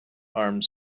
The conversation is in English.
armed